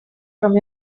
from